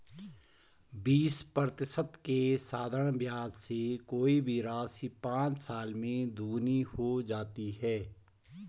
बीस प्रतिशत के साधारण ब्याज से कोई भी राशि पाँच साल में दोगुनी हो जाती है